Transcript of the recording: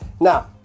Now